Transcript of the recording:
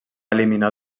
eliminar